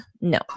No